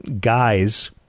guys